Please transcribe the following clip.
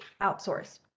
outsource